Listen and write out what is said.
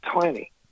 tiny